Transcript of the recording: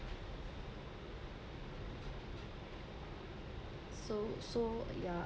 so so ya